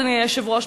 אדוני היושב-ראש,